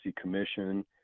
Commission